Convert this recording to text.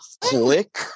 Click